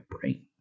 brain